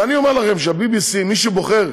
ואני אומר לכם שה-BBC, מי שבוחר